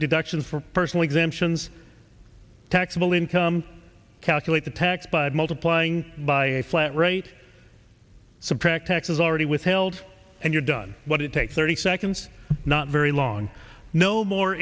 deductions for personally exemptions taxable income calculate the tax but multiplying by a flat rate subtract x is already withheld and you're done what it takes thirty seconds not very long no more